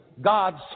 God's